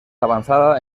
avanzada